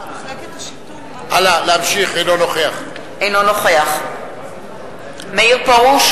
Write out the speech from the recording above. אינו נוכח מאיר פרוש,